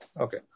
Okay